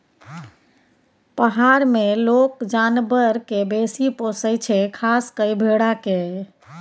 पहार मे लोक जानबर केँ बेसी पोसय छै खास कय भेड़ा केँ